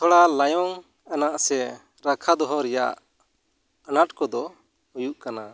ᱛᱷᱚᱲᱟ ᱞᱟᱭᱚᱝ ᱨᱮᱱᱟᱜ ᱥᱮ ᱨᱟᱠᱷᱟ ᱫᱚᱦᱚ ᱨᱮᱭᱟᱜ ᱟᱱᱟᱴᱠᱚ ᱫᱚ ᱦᱩᱭᱩᱜ ᱠᱟᱱᱟ